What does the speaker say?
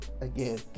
again